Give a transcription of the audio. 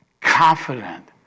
confident